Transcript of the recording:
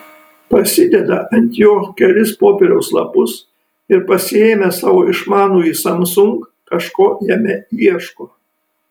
pasideda ant jo kelis popieriaus lapus ir pasiėmęs savo išmanųjį samsung kažko jame ieško